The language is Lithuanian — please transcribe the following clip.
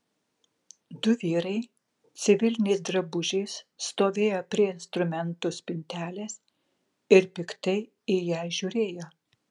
du vyrai civiliniais drabužiais stovėjo prie instrumentų spintelės ir piktai į ją žiūrėjo